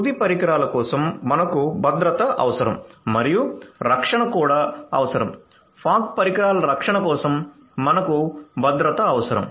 తుది పరికరాల కోసం మనకు భద్రత అవసరం మరియు రక్షణ కూడా అవసరం ఫాగ్ పరికరాల రక్షణ కోసం మనకు భద్రత అవసరం